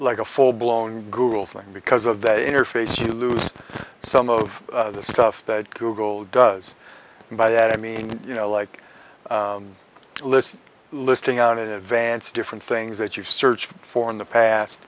like a full blown google thing because of that interface you lose some of the stuff that google does and by that i mean you know like list listing out in advance different things that you searched for in the past